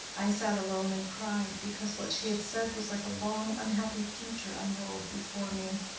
i sat alone and cried, because what she had said was like a long unhappy future unrolled before me.